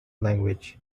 language